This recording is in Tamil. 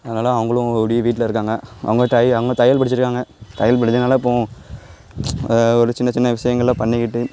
அதனால் அவர்களும் இப்படி வீட்டில் இருக்காங்க அவங்க தையி தையல் படிச்சிருகாங்க தையல் படித்தனால இப்போது ஒரு சின்னச் சின்ன விஷயங்களை பண்ணிக்கிட்டு